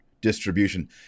distribution